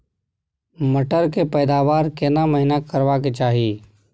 मटर के पैदावार केना महिना करबा के चाही?